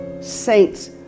saints